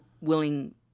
willing